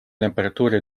temperatuuri